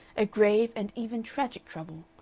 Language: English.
a grave and even tragic trouble.